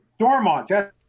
Dormont